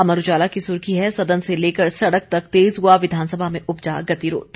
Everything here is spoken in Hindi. अमर उजाला की सुर्खी है सदन से लेकर सड़क तक तेज हुआ विधानसभा में उपजा गतिरोध